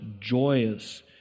joyous